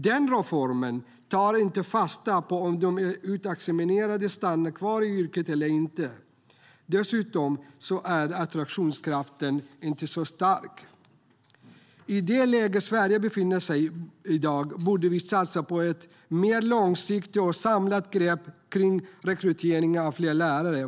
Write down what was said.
Den reformen tar inte fasta på om de utexaminerade stannar kvar i yrket eller inte. Dessutom är attraktionskraften inte så stark. I det läge Sverige befinner sig i dag borde vi satsa på ett mer långsiktigt och samlat grepp när det gäller rekryteringen av fler lärare.